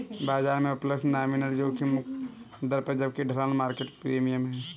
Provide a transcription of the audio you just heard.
बाजार में उपलब्ध नॉमिनल जोखिम मुक्त दर है जबकि ढलान मार्केट प्रीमियम है